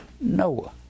Noah